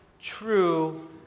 true